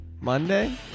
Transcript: Monday